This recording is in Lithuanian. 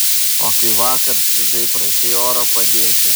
o kai vakar skridai prašei oro padėti